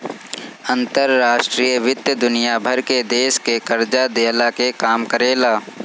अंतर्राष्ट्रीय वित्त दुनिया भर के देस के कर्जा देहला के काम करेला